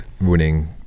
winning